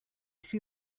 see